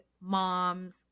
mom's